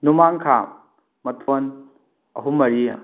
ꯅꯣꯡꯃꯥꯡꯈꯥ ꯃꯇꯣꯟ ꯑꯍꯨꯝ ꯃꯔꯤ